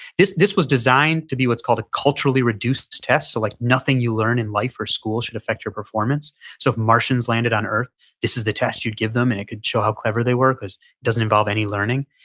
this this was designed to be what's called a culturally reduced tests. like nothing you learn in life or school should affect your performance so if martians landed on earth this is the test you'd give them. and it could show how clever they were because it doesn't involve any learning.